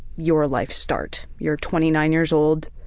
your life start. you're twenty nine years old,